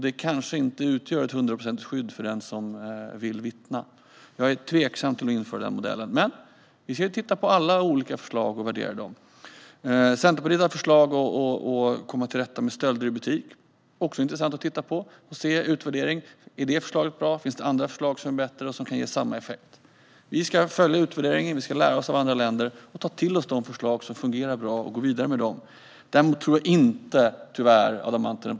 Det kanske inte utgör ett hundraprocentigt skydd för den som vill vittna. Jag är tveksam till att införa den modellen. Men vi ska titta på alla olika förslag och värdera dem. Centerpartiet har förslag om att komma till rätta med stölder i butiker. Det är också intressant att titta på och se utvärdering av: Är detta förslag bra, eller finns det andra förslag som är bättre och som kan ge samma effekt? Vi ska följa utvärderingen. Vi ska lära oss av andra länder och ta till oss de förslag som funderar bra och gå vidare med dem. Däremot tror jag inte - tyvärr, Adam Marttinen!